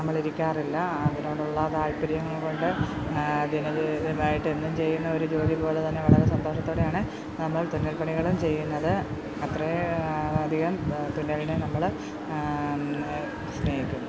നമ്മളിരിക്കാറില്ല അതിനോടുള്ള താൽപര്യംകൊണ്ട് ദിനചര്യമായിട്ട് എന്നും ചെയ്യുന്ന ഒരു ജോലിപോലെ തന്നെ വളരെ സന്തോഷത്തോടെയാണ് നമ്മൾ തുന്നൽപ്പണികളും ചെയ്യുന്നത് ആത്രയധികം തുന്നലിനെ നമ്മൾ സ്നേഹിക്കുന്നു